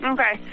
Okay